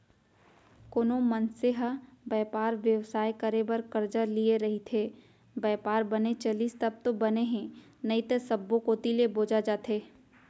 कोनो मनसे ह बयपार बेवसाय करे बर करजा लिये रइथे, बयपार बने चलिस तब तो बने हे नइते सब्बो कोती ले बोजा जथे